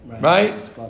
Right